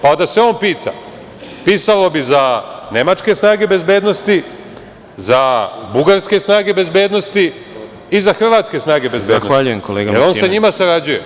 Pa, da se on pita pisalo bi za „nemačke snage bezbednosti, za bugarske snage bezbednosti, i za hrvatske snage bezbednosti“, jer sa njima on sarađuje.